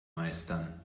meistern